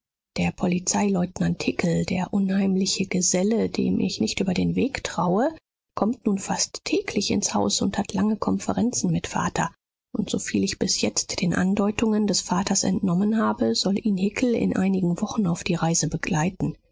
der polizeileutnant hickel der unheimliche geselle dem ich nicht über den weg traue kommt nun fast täglich ins haus und hat lange konferenzen mit vater und soviel ich bis jetzt den andeutungen des vaters entnommen habe soll ihn hickel in einigen wochen auf die reise begleiten